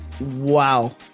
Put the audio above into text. Wow